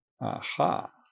Aha